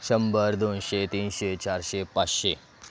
शंभर दोनशे तीनशे चारशे पाचशे